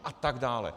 A tak dále.